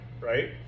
right